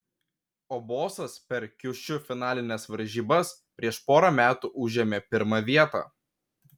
o bosas per kiušiu finalines varžybas prieš porą metų užėmė pirmą vietą